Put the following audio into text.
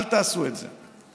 אל תעשו את זה.